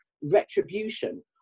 retribution